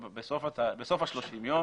בסוף ה-30 ימים.